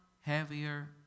heavier